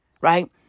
right